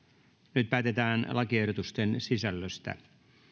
nyt päätetään lakiehdotusten sisällöstä